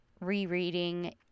rereading